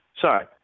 Sorry